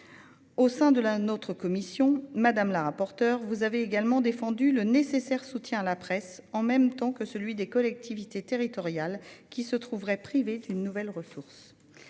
Au sein de notre commission, madame la rapporteure, vous avez défendu le nécessaire soutien et à la presse et aux collectivités territoriales, qui se trouveraient privées d'une nouvelle ressource.